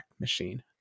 machine